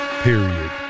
Period